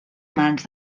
mans